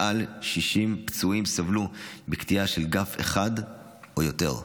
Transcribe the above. מעל 60 פצועים סבלו מקטיעה של גף אחד או יותר.